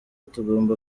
tugomba